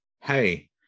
hey